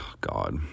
god